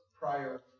prior